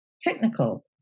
technical